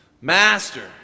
Master